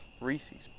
Reese's